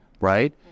right